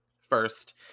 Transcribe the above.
first